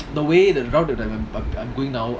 the way the route that I'm I'm im going now